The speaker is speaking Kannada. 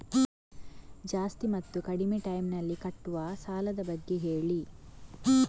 ಜಾಸ್ತಿ ಮತ್ತು ಕಡಿಮೆ ಟೈಮ್ ನಲ್ಲಿ ಕಟ್ಟುವ ಸಾಲದ ಬಗ್ಗೆ ಹೇಳಿ